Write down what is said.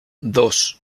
dos